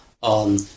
on